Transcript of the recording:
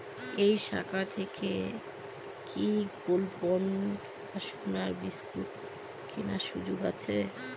এই শাখা থেকে কি গোল্ডবন্ড বা সোনার বিসকুট কেনার সুযোগ আছে?